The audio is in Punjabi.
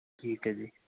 ਠੀਕ ਹੈ ਜੀ